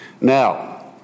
Now